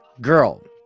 girl